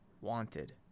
wanted